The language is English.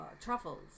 truffles